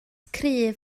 cryf